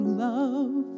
love